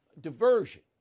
diversion